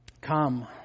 Come